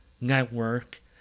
network